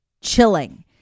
chilling